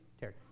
Terry